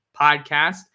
Podcast